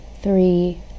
three